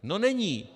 No není.